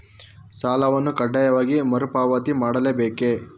ಸಾಲವನ್ನು ಕಡ್ಡಾಯವಾಗಿ ಮರುಪಾವತಿ ಮಾಡಲೇ ಬೇಕೇ?